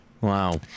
Wow